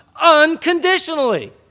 unconditionally